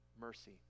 mercy